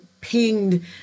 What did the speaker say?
pinged